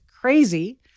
crazy